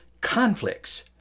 conflicts